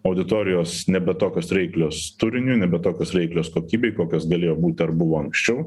auditorijos nebe tokios reiklios turiniui nebe tokios reiklios kokybei kokios galėjo būt ar buvo anksčiau